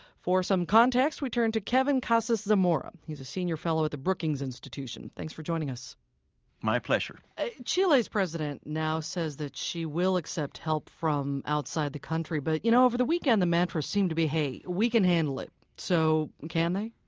for some context we turn to kevin casas-zamora. he's a senior fellow at the brookings institution. thanks for joining us my pleasure. chile's president now say that she will accept help from outside the country. but you know over the weekend the mantra seemed to be, hey, we can handle it. so can they?